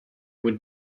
would